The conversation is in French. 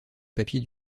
papiers